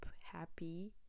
happy